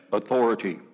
authority